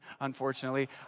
unfortunately